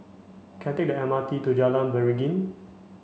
can I take the M R T to Jalan Beringin